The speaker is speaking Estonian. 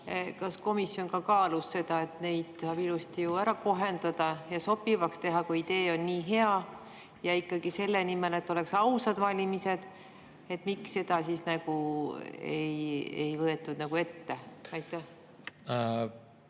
Kas komisjon kaalus seda, et neid saab ilusti kohendada ja sobivaks teha, kui idee on nii hea? Ja ikkagi selle nimel, et oleks ausad valimised, miks seda ei võetud ette? Arutelu